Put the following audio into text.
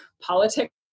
politics